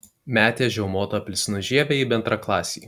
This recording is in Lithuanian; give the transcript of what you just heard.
metė žiaumoto apelsino žievę į bendraklasį